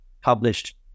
published